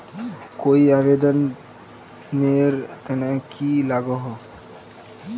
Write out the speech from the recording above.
कोई आवेदन नेर तने की लागोहो?